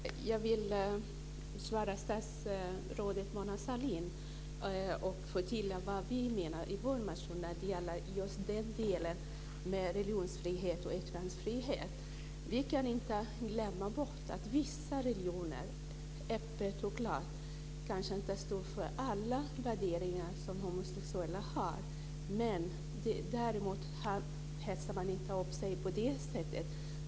Herr talman! Jag vill svara statsrådet Mona Sahlin och förtydliga vad vi menar i vår motion när det gäller just religionsfrihet och yttrandefrihet. Vi kan inte glömma bort att vissa religioner kanske inte öppet och klart står för alla värderingar som homosexuella har. Däremot hetsar man inte upp sig för det.